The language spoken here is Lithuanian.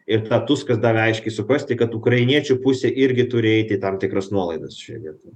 ir tą tuskas dar aiškiai suprasti kad ukrainiečių pusė irgi turi eiti į tam tikras nuolaidas šioje vietoje